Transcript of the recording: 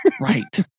Right